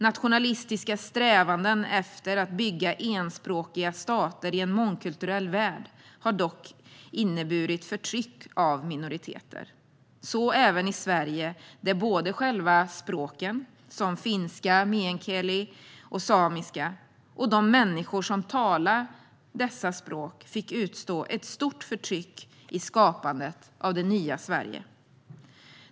Nationalistiska strävanden efter att bygga enspråkiga stater i en mångkulturell värld har dock inneburit förtryck av minoriteter - så även i Sverige där både själva språken, som finska, meänkieli och samiska, och de människor som talade dessa språk fick utstå ett stort förtryck i skapandet av det nya Sverige.